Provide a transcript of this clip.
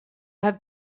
have